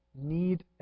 need